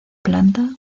planta